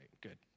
good